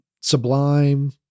sublime